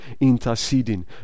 interceding